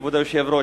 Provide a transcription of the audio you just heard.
כבוד היושב-ראש,